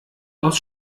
aus